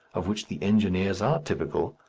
of which the engineers are typical,